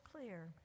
clear